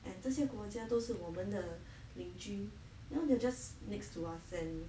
and 这些国家都是我们的邻居 you know they're just next to us and